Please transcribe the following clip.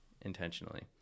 intentionally